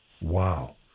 Wow